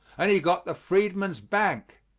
and he got the freedman's bank.